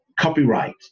copyright